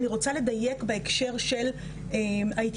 אני רוצה לדייק בהקשר של ההתיישנות,